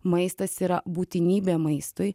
maistas yra būtinybė maistui